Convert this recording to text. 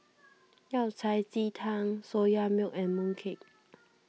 Yao Cai Ji Tang Soya Milk and Mooncake